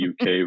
UK